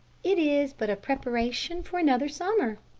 it is but a preparation for another summer.